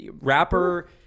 rapper